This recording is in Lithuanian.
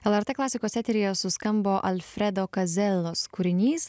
lrt klasikos eteryje suskambo alfredo kazelos kūrinys